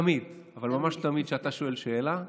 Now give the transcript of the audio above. תמיד, אבל ממש תמיד, כשאתה שואל שאלה,